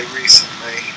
recently